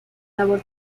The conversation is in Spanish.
labor